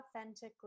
authentically